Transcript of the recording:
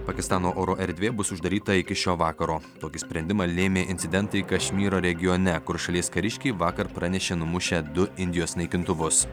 pakistano oro erdvė bus uždaryta iki šio vakaro tokį sprendimą lėmė incidentai kašmyro regione kur šalies kariškiai vakar pranešė numušę du indijos naikintuvus